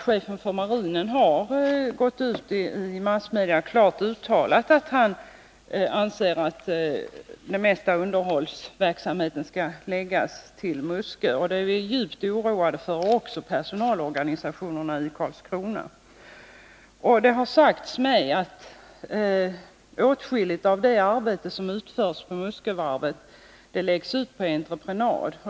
Chefen för marinen har ändå gått ut i massmedia och klart uttalat att han anser att det mesta av underhållsverksamheten skall förläggas till Muskö. Det är vi djupt oroade för, och det är också personalorganisationerna i Karlskrona. Det har sagts mig att åtskilligt av det arbete som utförs på Muskö läggs ut på entreprenad.